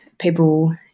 people